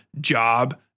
job